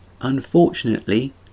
unfortunately